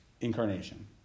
incarnation